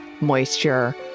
moisture